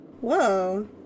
Whoa